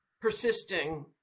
persisting